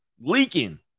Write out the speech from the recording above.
Leaking